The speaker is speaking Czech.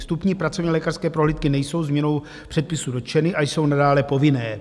Vstupní pracovnělékařské prohlídky nejsou změnou předpisů dotčeny a jsou nadále povinné.